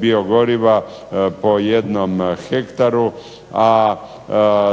biogoriva po jednom hektaru, a